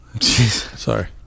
Sorry